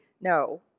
No